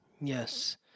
Yes